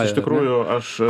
iš tikrųjų aš